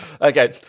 Okay